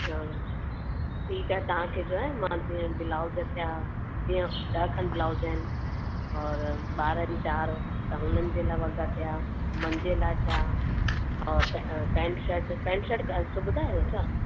अच्छा ठीकु आहे तव्हांखे जो आहे मां जीअं ब्लाउज़ थिया जीअं ॾह खनि ब्लाउज़ आहिनि औरि ॿार आहिनि चारि त हुननि जे लाइ वॻा थिया मुंहिंजे लाइ थिया औरि पे पैंट शर्ट पैंट शर्ट सिबंदा आहियो छा